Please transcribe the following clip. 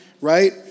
right